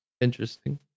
Interesting